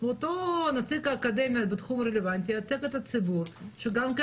ואותו נציג אקדמיה בתחום הרלוונטי ייצג את הציבור שגם כן,